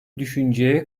düşünceye